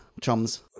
chums